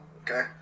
Okay